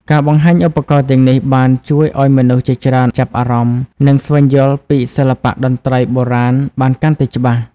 ការបង្ហាញឧបករណ៍ទាំងនេះបានជួយឲ្យមនុស្សជាច្រើនចាប់អារម្មណ៍និងស្វែងយល់ពីសិល្បៈតន្ត្រីពីបុរាណបានកាន់តែច្បាស់។